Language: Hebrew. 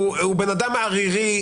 הוא אדם ערירי,